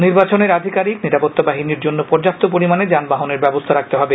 নির্বাচনের আধিকারিক নিরাপত্তা বাহিনীর জন্য পর্যাপ্ত পরিমাণে যানবাহনের ব্যবস্থা রাখতে হবে